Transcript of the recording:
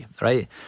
right